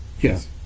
Yes